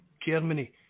Germany